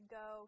go